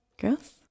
Girls